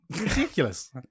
Ridiculous